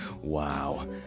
wow